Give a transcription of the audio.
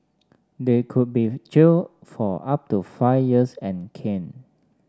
they could be jailed for up to five years and caned